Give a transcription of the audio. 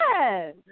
yes